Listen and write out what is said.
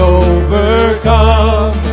overcome